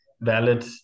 valid